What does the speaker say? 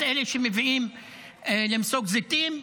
את אלה שמגיעים למסוק זיתים,